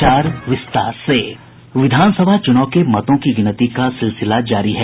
विधानसभा चुनाव के मतों की गिनती का सिलसिला जारी है